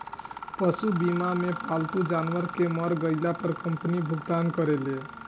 पशु बीमा मे पालतू जानवर के मर गईला पर कंपनी भुगतान करेले